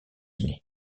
unis